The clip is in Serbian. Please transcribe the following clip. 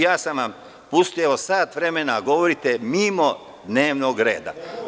Ja sam vas pustio da sat vremena govorite mimo dnevnog reda.